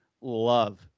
love